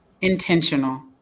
Intentional